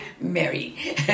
Mary